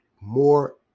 more